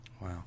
Wow